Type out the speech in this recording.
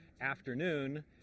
afternoon